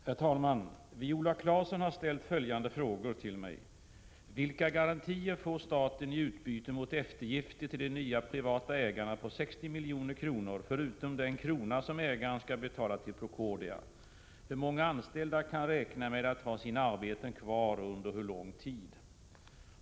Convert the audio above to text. Herr talman! Viola Claesson har ställt följande frågor till mig: 1. Vilka garantier får staten i utbyte mot eftergifter till de nya privata ägarna på 60 milj.kr. förutom den krona som ägarna skall betala till Procordia? Hur många anställda kan räkna med att ha sina arbeten kvar och under hur lång tid? 2.